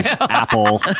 apple